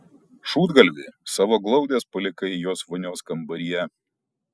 šūdgalvi savo glaudes palikai jos vonios kambaryje